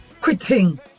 quitting